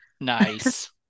Nice